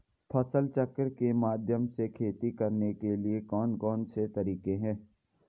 फसल चक्र के माध्यम से खेती करने के लिए कौन कौन से तरीके हैं?